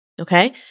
okay